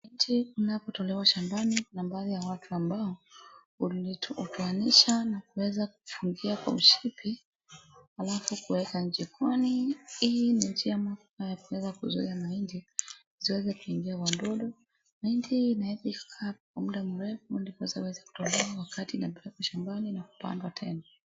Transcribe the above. Mahindi inapotolewa shambani kuna baadhi ya watu ambao utoanisha na kuweza kufungia kwa mshipi alafu kuweka jikoni. Hii ni njia moja ya kuweza kuzuia mahindi isiweze kuingia wadudu. Mahindi hii inaweza kukaa kwa muda mrefu ndiposa iweze kutolewa wakati inapelekwa shambani na kupandwa tena.